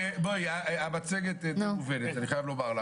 בואי, המצגת לא מכוונת, אני חייב לומר לך.